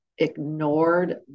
ignored